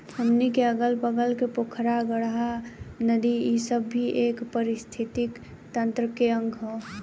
हमनी के अगल बगल के पोखरा, गाड़हा, नदी इ सब भी ए पारिस्थिथितिकी तंत्र के अंग ह